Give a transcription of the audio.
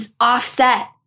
offset